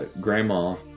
Grandma